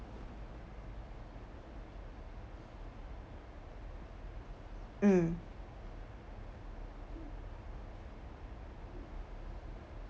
mm